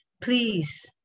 please